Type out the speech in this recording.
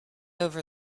over